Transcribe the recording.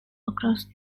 across